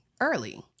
early